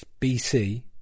BC